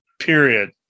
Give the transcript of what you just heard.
period